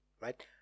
right